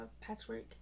patchwork